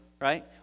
right